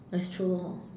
that's true hor